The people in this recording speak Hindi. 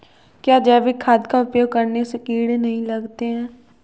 क्या जैविक खाद का उपयोग करने से कीड़े नहीं लगते हैं?